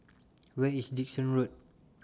Where IS Dickson Road